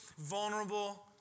vulnerable